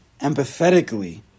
empathetically